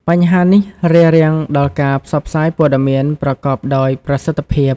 បញ្ហានេះរារាំងដល់ការផ្សព្វផ្សាយព័ត៌មានប្រកបដោយប្រសិទ្ធភាព។